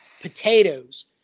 potatoes